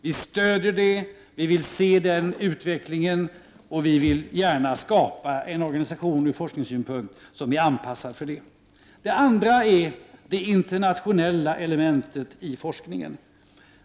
Vi stödjer detta, och vi vill se denna utveckling och gärna skapa en organisation som från forskningssynpunkt är anpassad för detta. För det andra gäller det det internationella elementet i forskningen.